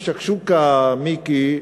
יש שקשוקה, מיקי,